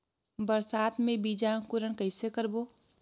बरसात मे बीजा अंकुरण कइसे करबो?